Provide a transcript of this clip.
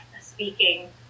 speaking